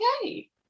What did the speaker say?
okay